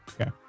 Okay